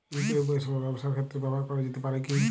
UPI পরিষেবা ব্যবসার ক্ষেত্রে ব্যবহার করা যেতে পারে কি?